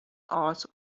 also